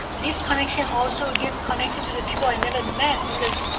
this connection also get connected to the people i never met because i,